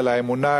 אל האמונה,